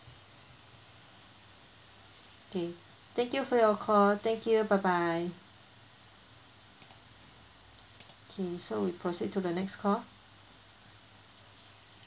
K thank you for your call thank you bye bye okay so we proceed to the next call